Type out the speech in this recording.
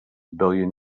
billion